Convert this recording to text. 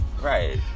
right